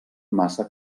massa